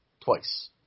twice